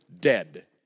dead